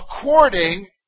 according